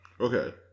Okay